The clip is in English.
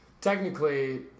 Technically